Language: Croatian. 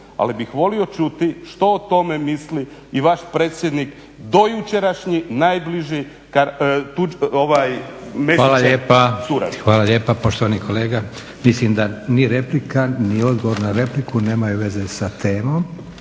ali bih volio čuti što o tome misli i vaš predsjednik, dojučerašnji najbliži Mesićev suradnik. **Leko, Josip (SDP)** Hvala lijepa poštovani kolega. Mislim da ni replika ni odgovor na repliku nemaju veze sa temom,